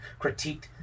critiqued